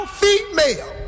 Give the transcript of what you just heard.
female